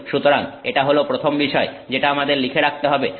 সুতরাং এটা হল প্রথম বিষয় যেটা আমাদের লিখে রাখতে হবে